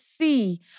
see